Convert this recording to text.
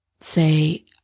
say